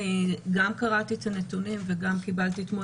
אני גם קראתי את הנתונים וגם קיבלתי אתמול